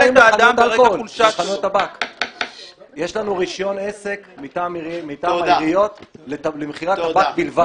יש לנו רשיון עסק מטעם העיריות למכירת טבק בלבד.